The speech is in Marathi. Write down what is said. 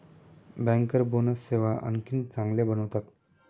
बँकर बोनस सेवा आणखी चांगल्या बनवतात